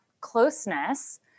closeness